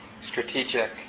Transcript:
strategic